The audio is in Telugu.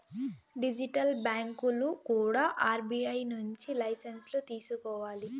డిజిటల్ బ్యాంకులు కూడా ఆర్బీఐ నుంచి లైసెన్సులు తీసుకోవాలి